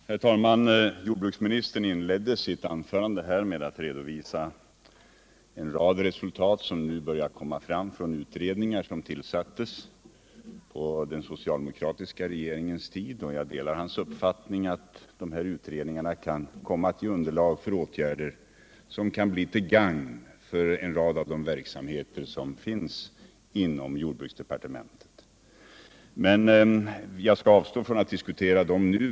Herr talman! Jordbruksministern inledde sitt anförande med att redovisa en rad resultat som nu börjar komma fram från utredningar som tillsattes på den socialdemokratiska regeringens tid. Jag delar hans uppfattning att dessa utredningar kan komma att ge underlag för åtgärder som kan bli till gagn för en rad av de verksamheter som finns inom jordbruksdepartementet. Men jag skall avstå från att diskutera dem nu.